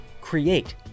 create